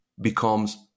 becomes